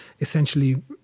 essentially